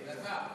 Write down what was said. אלעזר.